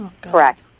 correct